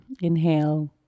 Inhale